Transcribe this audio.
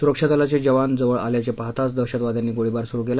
सुरक्षा दलाचे जवान जवळ आल्याचे पाहाताच दहशतवाद्यांनी गोळीबार सुरू केला